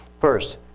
First